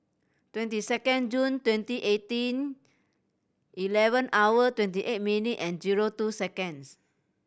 twenty second June twenty eighteen eleven hour twenty eight minute and zero two seconds